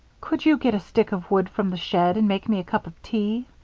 could you get a stick of wood from the shed and make me a cup of tea?